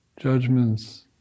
judgments